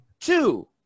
two